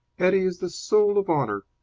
eddie is the soul of honour.